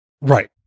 Right